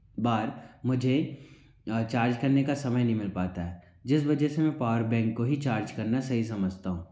बार मुझे चार्ज करने का समय नहीं मिल पाता है जिस वजह से पावर बैंक को ही चार्ज करना सही समझता हूँ